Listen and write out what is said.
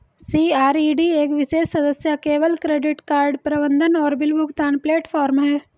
CRED एक विशेष सदस्य केवल क्रेडिट कार्ड प्रबंधन और बिल भुगतान प्लेटफ़ॉर्म है